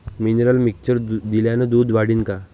Mineral mixture दिल्यानं दूध वाढीनं का?